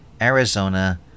Arizona